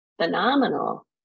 phenomenal